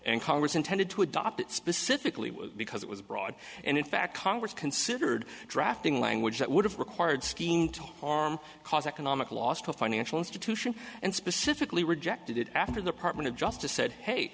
and congress intended to adopt it specifically because it was broad and in fact congress considered drafting language that would have required scheme to arm cause economic loss to a financial institution and specifically rejected it after the apartment of justice said hey